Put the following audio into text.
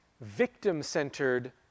victim-centered